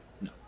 No